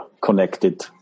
connected